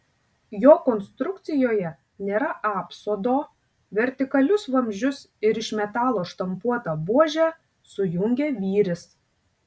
jo konstrukcijoje nėra apsodo vertikalius vamzdžius ir iš metalo štampuotą buožę sujungia vyris